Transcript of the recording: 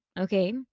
okay